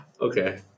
Okay